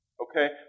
Okay